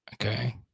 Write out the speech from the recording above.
Okay